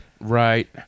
Right